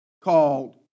called